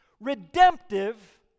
Redemptive